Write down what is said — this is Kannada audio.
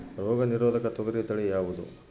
ರೋಗ ನಿರೋಧಕ ತೊಗರಿ ತಳಿ ಯಾವುದು?